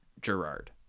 Gerard